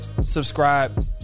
Subscribe